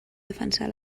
defensar